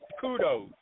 kudos